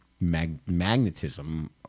magnetism